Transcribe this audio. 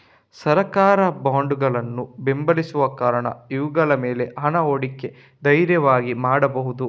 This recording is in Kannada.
ಸರ್ಕಾರ ಬಾಂಡುಗಳನ್ನ ಬೆಂಬಲಿಸುವ ಕಾರಣ ಇವುಗಳ ಮೇಲೆ ಹಣ ಹೂಡಿಕೆ ಧೈರ್ಯವಾಗಿ ಮಾಡ್ಬಹುದು